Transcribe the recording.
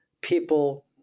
people